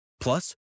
Plus